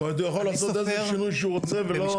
אני סופר --- זאת אומרת הוא יכול לעשות איזה שינוי שהוא רוצה ולא,